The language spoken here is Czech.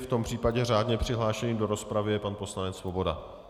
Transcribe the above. V tom případě je řádně přihlášený do rozpravy pan poslanec Svoboda.